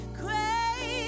crazy